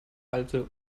alte